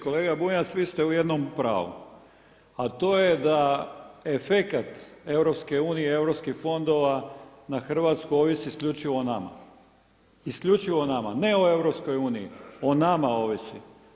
Kolega Bunjac, vi ste u jednom pravu, a to je da efekat EU i europskih fondova na Hrvatsku ovisi isključivo o nama, isključivo o nama ne o Europskoj uniji, o nama ovisi.